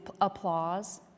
applause